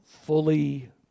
fully